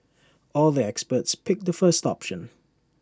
all the experts picked the first option